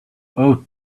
out